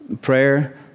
Prayer